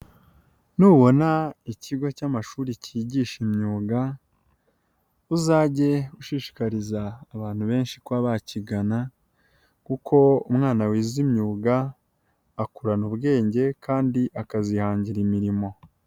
Nubona ikigo cy'amashuri cyigisha imyuga, uzajye ushishikariza abantu benshi kuba bakigana, kuko umwana wize imyuga akurana ubwenge kandi akazihangira imirimo.